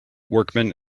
workmen